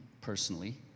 personally